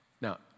Now